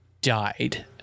died